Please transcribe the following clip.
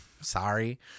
Sorry